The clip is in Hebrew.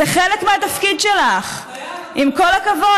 את לא נותנת, זה חלק מהתפקיד שלך, עם כל הכבוד.